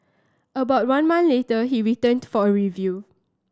about one month later he returned to for a review